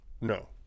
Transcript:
No